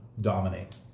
dominate